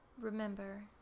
remember